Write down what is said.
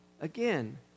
Again